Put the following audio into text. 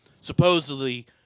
supposedly